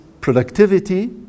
productivity